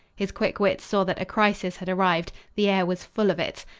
his quick wits saw that a crisis had arrived. the air was full of it.